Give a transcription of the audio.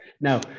Now